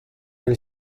nel